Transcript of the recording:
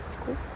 cool